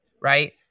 right